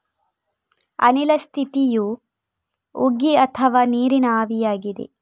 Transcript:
ಅನಿಲ ಸ್ಥಿತಿಯು ಉಗಿ ಅಥವಾ ನೀರಿನ ಆವಿಯಾಗಿದೆ